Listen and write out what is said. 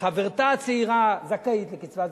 חברתה הצעירה זכאית לקצבת זיקנה,